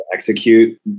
execute